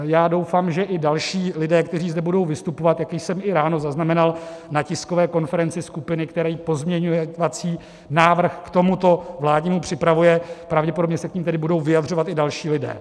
Já doufám, že i další lidé, kteří zde budou vystupovat, jak jsem i ráno zaznamenal na tiskové konferenci skupiny, která pozměňovací návrh k tomuto vládnímu připravuje, pravděpodobně se k nim tedy budou vyjadřovat i další lidé.